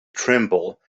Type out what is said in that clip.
tremble